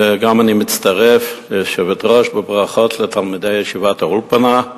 גם אני מצטרף ליושבת-ראש בברכות לתלמידי ישיבת אלקנה.